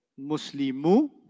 Muslimu